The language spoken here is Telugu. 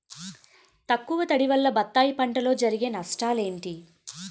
ఎక్కువ తడి వల్ల బత్తాయి పంటలో జరిగే నష్టాలేంటి?